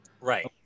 Right